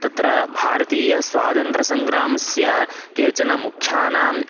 तत्र भारतीयस्वातन्त्र्यसङ्ग्रामस्य केचन मुख्यानाम्